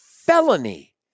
felony